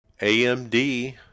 AMD